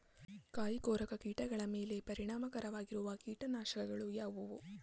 ಕಾಯಿಕೊರಕ ಕೀಟಗಳ ಮೇಲೆ ಪರಿಣಾಮಕಾರಿಯಾಗಿರುವ ಕೀಟನಾಶಗಳು ಯಾವುವು?